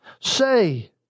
Say